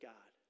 God